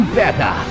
better